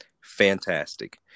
Fantastic